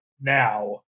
now